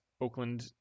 Oakland